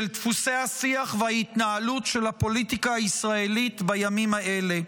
דפוסי השיח וההתנהלות של הפוליטיקה הישראלית בימים האלה.